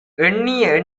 எண்ணிய